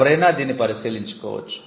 ఎవరైనా దీన్ని పరిశీలించుకోవచ్చు